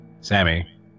Sammy